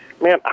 Man